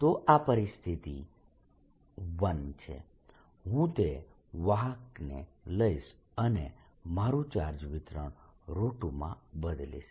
તો આ પરિસ્થિતિ 1 છે હું તે જ વાહકને લઈશ અને મારૂ ચાર્જ વિતરણ 2 માં બદલીશ